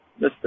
Mr